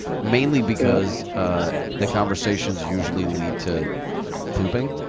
mainly because the conversations usually lead to pooping.